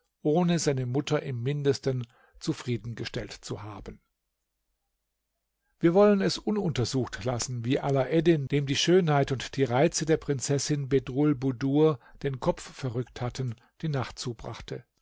ohne seine mutter im mindesten zufriedengestellt zu haben wir wollen es ununtersucht lassen wie alaeddin dem die schönheit und die reize der prinzessin bedrulbudur den kopf verrückt hatten die nacht zubrachte